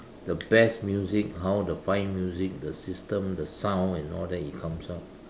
the best music how the fine music the system the sound and all that it comes out